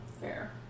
Fair